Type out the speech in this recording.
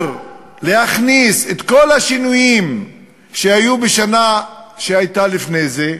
להכניס את כל השינויים שהיו בשנה שהייתה לפני זה,